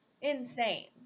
insane